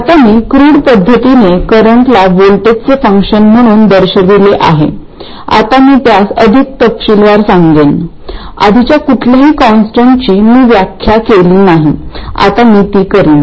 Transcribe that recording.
आता मी क्रूड पद्धतीने करंटला व्होल्टेजचे फंक्शन म्हणून दर्शविले आहे आता मी त्यास अधिक तपशीलवार सांगेन आधीच्या कुठल्याही कॉन्स्टंटची मी व्याख्या केली नाही आता मी हे करीन